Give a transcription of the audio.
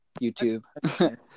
YouTube